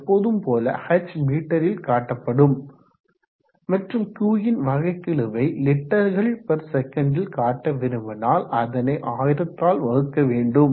எப்போதும் போல h மீட்டரில் காட்டப்படும் மற்றும் Q ன் வகைக்கெழுவை லிட்டர்கள் பெர் செகண்ட்ல் காட்ட விரும்பினால் அதனை 1000ஆல் வகுக்க வேண்டும்